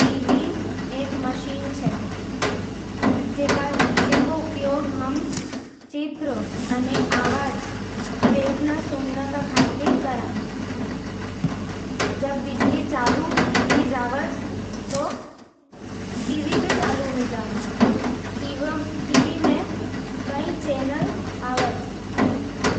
टीवी एक मशीन छे जिकरो उपयोग हम चित्र अने आवाज देखण-सुणण खातर करै। जब बिजली चालू हो जावे है, तो टीवी चालू हो जावे। टीवी में कई चैनल होवे,